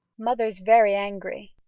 mother's very angry.